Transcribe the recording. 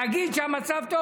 להגיד שהמצב טוב?